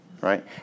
right